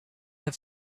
have